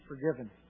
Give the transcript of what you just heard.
forgiven